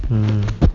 mm